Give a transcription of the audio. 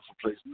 place